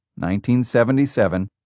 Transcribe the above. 1977